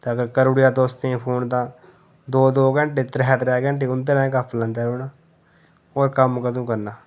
ते अगर करूड़ेआ दोस्तें गी फोन तां दो दो घैंटे त्रै त्रै घैंटे उन्दे नै गप्प लांदा रौह्ना होर कम्म कदूं करना